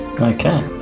Okay